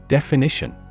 Definition